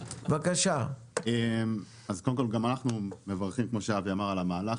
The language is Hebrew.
קודם כול, גם אנחנו מברכים על המהלך.